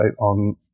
on